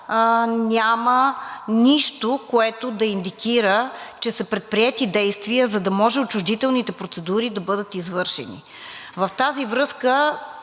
няма нищо, което да индикира, че са предприети действия, за да може отчуждителните процедури да бъдат извършени. В тази връзка,